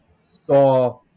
saw